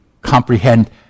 comprehend